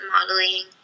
modeling